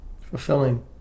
Fulfilling